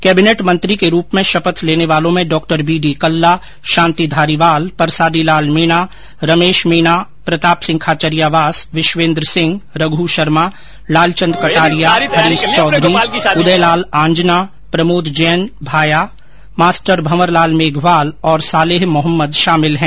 cabinet मंत्री के रूप में शपथ लेने वालों में डॉ बीडी कल्ला शांति धारीवाल परसादी लाल मीणा रमेश मीना प्रताप सिंह खाचरियावास विश्वेन्द्र सिंह रघ्रशर्मा लालचन्द कटारिया हरीश चौधरी उदयलाल आंजना प्रमोद जैन भाया मास्टर भंवर लाल मेघवाल और सालेह मोहम्मद शामिल हैं